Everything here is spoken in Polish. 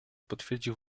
potwierdził